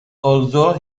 although